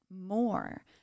more